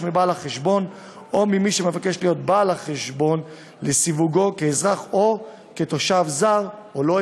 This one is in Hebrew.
מבעל חשבון או ממי שמבקש להיות בעל חשבון למסור לו מידע או לא ערך את